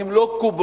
והם לא קובעו.